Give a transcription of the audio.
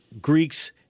Greeks